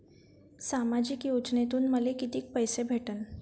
सामाजिक योजनेतून मले कितीक पैसे भेटन?